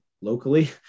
locally